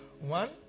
One